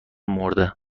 مرده